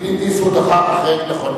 קלינט איסטווד אחר כך, נכון.